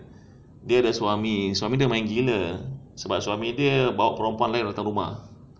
dia ada suami suami dia main gila sebab suami dia bawa perempuan lain datang rumah